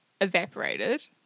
evaporated